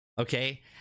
Okay